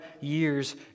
years